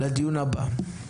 לדיון הבא: